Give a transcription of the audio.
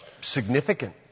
significant